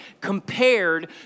compared